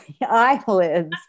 eyelids